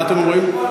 מה אתם אומרים?